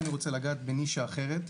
אני רוצה לגעת בנישה אחרת,